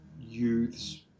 youths